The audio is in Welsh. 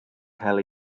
cael